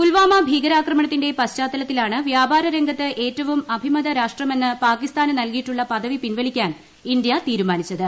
പുൽവാമ ഭീകരാക്രമണത്തിന്റെ പശ്ചാത്തലത്തിലാണ് വ്യാപാര രംഗത്ത് ഏറ്റവും അഭിമത രാഷ്ട്രമെന്ന് പാകിസ്ഥാന് നൽകിയിട്ടുള്ള പദവി പിൻവലിക്കാൻ ഇന്ത്യ തീരുമാനിച്ചത്